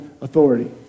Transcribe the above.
authority